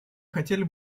хотели